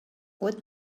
what